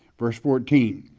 verse fourteen,